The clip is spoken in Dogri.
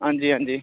आं जी आं जी